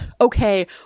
okay